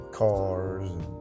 cars